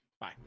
Bye